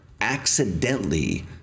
accidentally